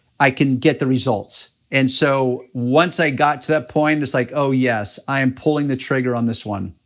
i can get the results, and so once i got to that point, it's like, oh yes, i am pulling the trigger on this one.